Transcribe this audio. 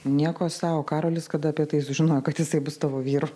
nieko sau karolis kada apie tai sužinojo kad jisai bus tavo vyru